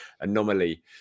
anomaly